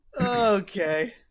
Okay